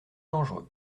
dangereux